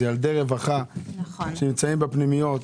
זה ילדי רווחה שנמצאים בפנימיות,